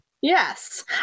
Yes